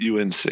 unc